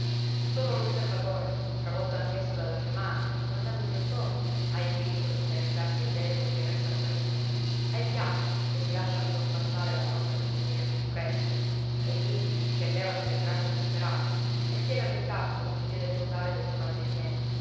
solo l'osservatore travolto anch'esso dalla fiumana guardandosi attorno ha il diritto di interessarsi ai deboli che restano per via ai fiacchi che si lasciano sorpassare dall'onda per finire più presto ai vinti che levano le braccia disperate e piegano il capo sotto il piede brutale dei